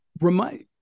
Remind